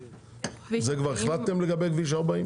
האם כבר החלטתם לגבי כביש 40?